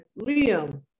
Liam